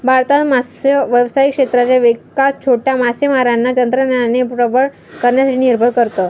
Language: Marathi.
भारतात मत्स्य व्यावसायिक क्षेत्राचा विकास छोट्या मासेमारांना तंत्रज्ञानाने प्रबळ करण्यासाठी निर्भर करत